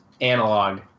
analog